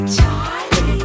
Charlie